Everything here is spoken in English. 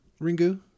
Ringu